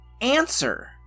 answer